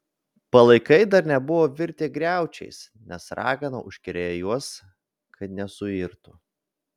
palaikai dar nebuvo virtę griaučiais nes ragana užkerėjo juos kad nesuirtų